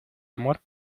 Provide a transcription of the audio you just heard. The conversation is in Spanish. amor